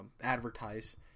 advertise